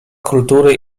kultury